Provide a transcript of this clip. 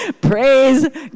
Praise